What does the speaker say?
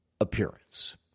appearance